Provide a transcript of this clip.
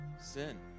sin